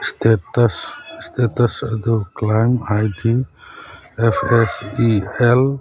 status estates ꯑꯗꯨ claim I D F S E L